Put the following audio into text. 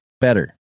better